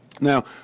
Now